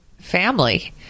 family